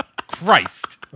Christ